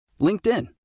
LinkedIn